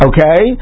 Okay